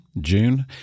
June